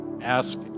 ask